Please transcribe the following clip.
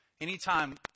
anytime